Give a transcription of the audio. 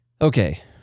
Okay